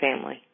family